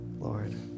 Lord